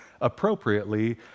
appropriately